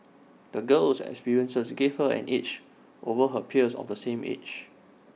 the girl's experiences gave her an edge over her peers of the same age